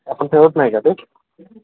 आपण ठेवत नाही का ते